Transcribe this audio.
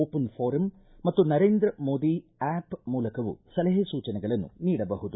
open forum ಮತ್ತು Narendra Modi app ಮೂಲಕವೂ ಸಲಹೆ ಸೂಚನೆಗಳನ್ನು ನೀಡಬಹುದು